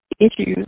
issues